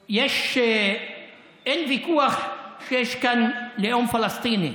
אין ויכוח שיש כאן לאום פלסטיני.